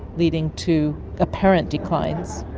leading to apparent declines.